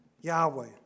Yahweh